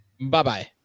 Bye-bye